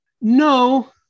No